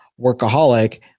workaholic